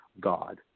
God